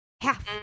Half